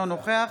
אינו נוכח